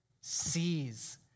sees